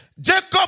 Jacob